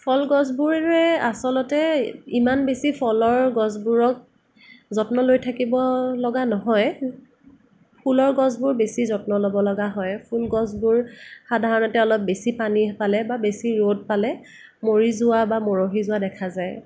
ফল গছবোৰে আচলতে ইমান বেছি ফলৰ গছবোৰক যত্ন লৈ থাকিব লগা নহয় ফুলৰ গছবোৰ বেছি যত্ন ল'ব লগা হয় ফুল গছবোৰ সাধাৰণতে অলপ বেছি পানী পালে বা বেছি ৰ'দ পালে মৰি যোৱা বা মৰহি যোৱা দেখা যায়